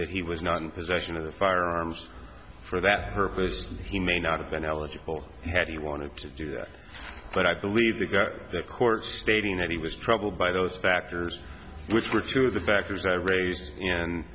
that he was not in possession of the firearms for that purpose he may not have been eligible had he wanted to do that but i believe the go to court stating that he was troubled by those factors which were two of the factors i raised